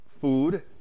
food